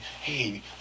hey